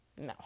no